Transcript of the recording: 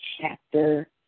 chapter